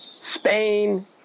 Spain